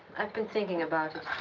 i've been thinking about it.